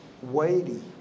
weighty